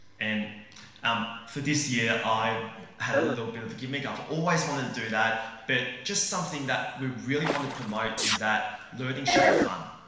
and um for this year i had a little bit of a gimmick, i've always wanted to do that but just something that we really want to promote is that learning should be fun.